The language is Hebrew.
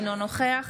אינו נוכח